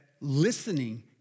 listening